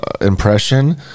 impression